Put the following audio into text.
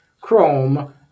Chrome